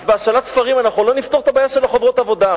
בהשאלת ספרים לא נפתור את הבעיה של חוברות עבודה,